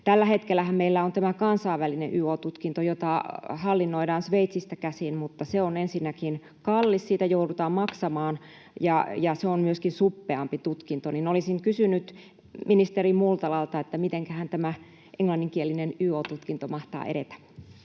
Tällä hetkellähän meillä on tämä kansainvälinen yo-tutkinto, jota hallinnoidaan Sveitsistä käsin, mutta se on ensinnäkin kallis, siitä joudutaan maksamaan, ja se on myöskin suppeampi tutkinto. Olisin kysynyt ministeri Multalalta: mitenkähän tämä englanninkielinen yo-tutkinto mahtaa edetä?